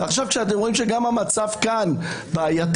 ועכשיו כשאתם רואים שגם המצב כאן בעייתי,